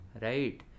Right